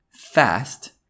fast